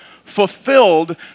fulfilled